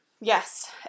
Yes